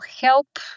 help